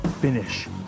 finish